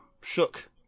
shook